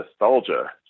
nostalgia